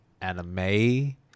Anime